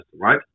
right